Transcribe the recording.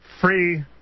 free